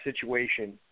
situation